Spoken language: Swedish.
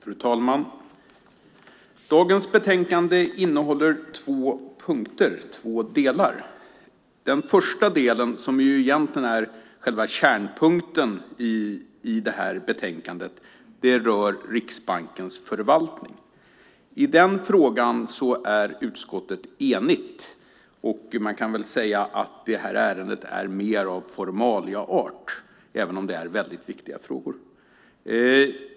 Fru talman! Dagens betänkande innehåller två punkter - två delar. Den första delen, som egentligen är själva kärnpunkten i detta betänkande, rör Riksbankens förvaltning. I denna fråga är utskottet enigt. Man kan väl säga att ärendet är mer av formaliaart, även om det är väldigt viktiga frågor.